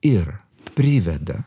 ir priveda